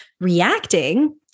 Reacting